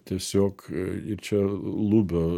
tiesiog ir čia lubio